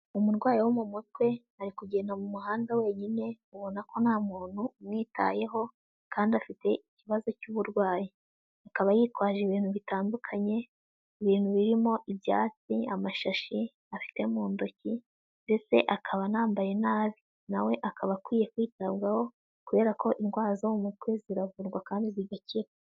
Umurwayi wo mu mutwe ari kugenda mu muhanda wenyine, ubona ko nta muntu umwitayeho, kandi afite ikibazo cy'uburwayi. Akaba yitwaje ibintu bitandukanye, ibintu birimo ibyatsi, amashashi afite mu ntoki, ndetse akaba anambaye nabi. Na we akaba akwiye kwitabwaho kubera ko indwara zo mu mutwe ziravurwa kandi zigakira.